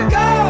go